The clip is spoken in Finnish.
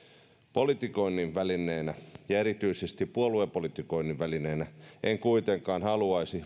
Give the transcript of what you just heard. politikoinnin välineenä ja erityisesti puoluepolitikoinnin välineenä en kuitenkaan haluaisi